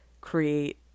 create